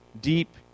deep